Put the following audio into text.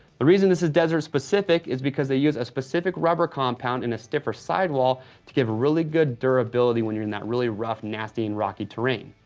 the reason this is desert-specific is because they use a specific rubber compound in a stiffer sidewall to give really good durability when you're in that really rough, nasty and rocky terrain.